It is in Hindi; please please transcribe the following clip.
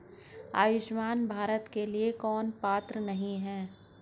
आयुष्मान भारत के लिए कौन पात्र नहीं है?